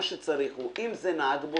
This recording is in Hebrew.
מה שצריך אם זה נהג בודד,